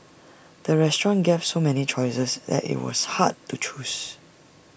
the restaurant gave so many choices that IT was hard to choose